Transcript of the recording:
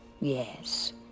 Yes